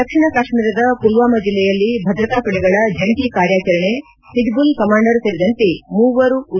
ದಕ್ಷಿಣ ಕಾಶ್ಮೀರದ ಪುಲ್ವಾಮಾ ಜಿಲ್ಲೆಯಲ್ಲಿ ಭದ್ರತಾಪಡೆಗಳ ಜಂಟ ಕಾರ್ಯಾಚರಣೆ ಹಿಜ್ದುಲ್ ಕಮ್ಬಾಂಡರ್ ಸೇರಿದಂತೆ ಮೂವರು ಉಗ್ರರ ಪತ್ಲೆ